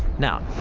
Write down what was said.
now,